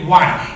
one